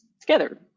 together